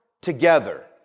together